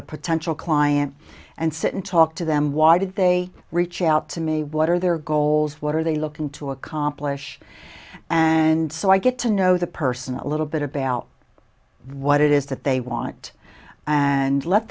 the potential client and sit and talk to them why did they reach out to me what are their goals what are they looking to accomplish and so i get to know the person a little bit about what it is that they want and let